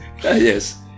Yes